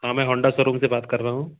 हाँ मैं Honda showroom से बात कर रहा हूँ